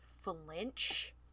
flinch